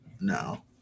No